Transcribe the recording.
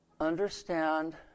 understand